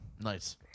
Nice